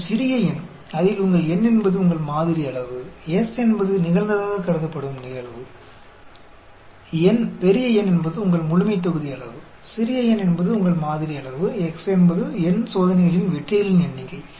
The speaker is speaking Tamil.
மற்றும் சிறிய n அதில் உங்கள் n என்பது உங்கள் மாதிரி அளவு S என்பது நிகழ்ந்ததாகக் கருதப்படும் நிகழ்வு N பெரிய N என்பது உங்கள் முழுமைத்தொகுதி அளவு சிறிய n என்பது உங்கள் மாதிரி அளவு x என்பது n சோதனைகளின் வெற்றிகளின் எண்ணிக்கை